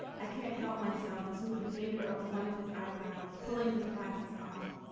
i can't help myself and smooth a finger over one of his eyebrows pulling his glasses off.